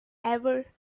ever